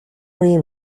үеийн